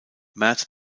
merz